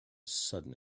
sudden